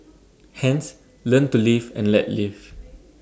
hence learn to live and let live